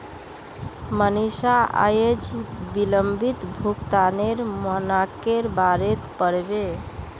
मनीषा अयेज विलंबित भुगतानेर मनाक्केर बारेत पढ़बे